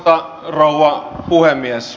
arvoisa rouva puhemies